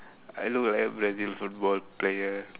I look like a Brazil football player